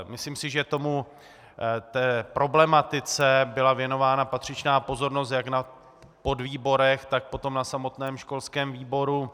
Myslím si, že té problematice byla věnována patřičná pozornost jak na podvýborech, tak potom na samotném školském výboru.